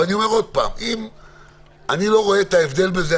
אני לא רואה את ההבדל בזה.